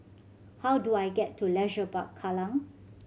how do I get to Leisure Park Kallang